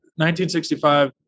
1965